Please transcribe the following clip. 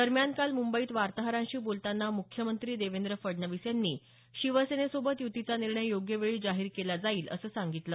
दरम्यान काल मुंबईत वार्ताहरांशी बोलतांना मुख्यमंत्री देवेंद्र फडणवीस यांनी शिवसेनेसोबत युतीचा निर्णय योग्य वेळी जाहीर केला जाईल असं सांगितलं